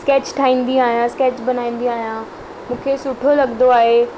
sketch ठाहींदी आहियां sketch बनाईंदी आहियां मूंखे सुठो लॻंदो आहे